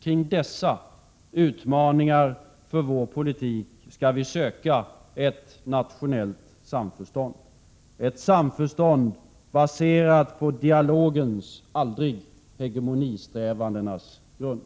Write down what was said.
Kring dessa utmaningar för vår politik skall vi söka ett nationellt samförstånd, ett samförstånd baserat på dialogens — aldrig hegemonisträvandenas — grund.